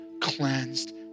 cleansed